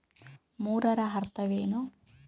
ಮೂರರ ಅರ್ಥವೇನು?